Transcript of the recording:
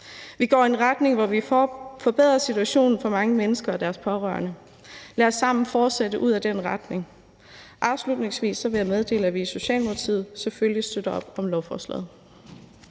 Vi går i en retning, hvor vi får forbedret situationen for mange mennesker og deres pårørende. Lad os sammen fortsætte i den retning. Afslutningsvis vil jeg meddele, at vi i Socialdemokratiet selvfølgelig støtter op om lovforslaget.